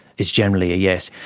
it's generally a yes.